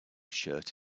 shirt